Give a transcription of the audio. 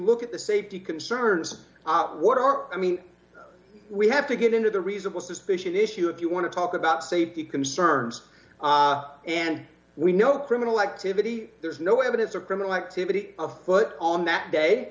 look at the safety concerns what are i mean we have to get into the reasonable suspicion issue if you want to talk about safety concerns and we know criminal activity there's no evidence of criminal activity afoot on that day